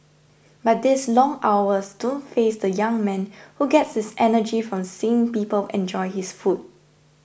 but these long hours don't faze the young man who gets his energy from seeing people enjoy his food